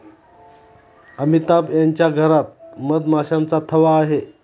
अमिताभ यांच्या घरात मधमाशांचा थवा आहे